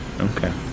Okay